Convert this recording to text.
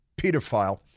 pedophile